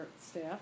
staff